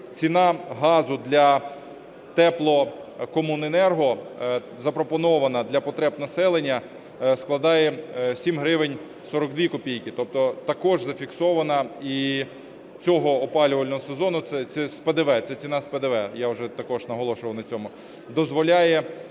ціна газу для теплокомуненерго, запропонована для потреб населення, складає 7 гривень 42 копійки. Тобто також зафіксована і цього опалювального сезону, це ціна з ПДВ, я вже також наголошував на цьому, дозволяє